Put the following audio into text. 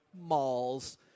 Malls